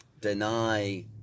deny